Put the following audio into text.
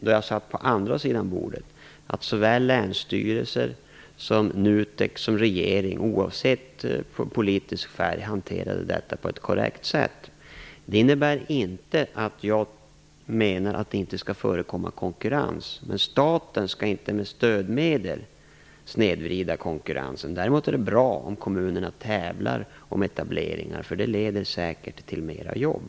Då jag satt på andra sidan bordet tyckte jag att såväl länsstyrelser och NUTEK som regeringen - oavsett politisk färg - hanterade detta på ett korrekt sätt. Det innebär inte att jag menar att det inte skall förekomma konkurrens. Men staten skall inte snedvrida konkurrensen med stödmedel. Däremot är det bra om kommunerna tävlar om etableringar. Det leder säkert till flera jobb.